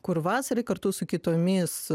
kur vasarą kartu su kitomis